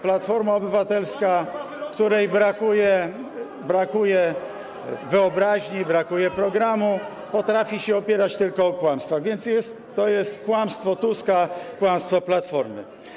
Platforma Obywatelska, której brakuje wyobraźni, brakuje programu, potrafi się opierać tylko na kłamstwach, więc to jest kłamstwo Tuska, kłamstwo Platformy.